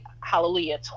hallelujah